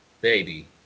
baby